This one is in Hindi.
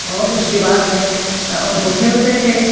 और उसके बाद जो में उनको खेलते थे